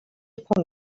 upon